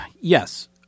Yes